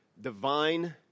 Divine